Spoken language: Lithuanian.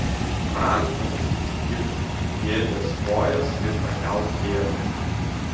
rankomis įsikibk į kėdės kojas ir pakelk pėdas